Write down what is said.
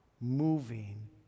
moving